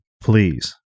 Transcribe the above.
please